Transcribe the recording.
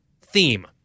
theme